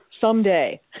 Someday